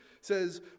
says